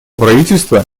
правительства